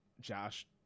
Josh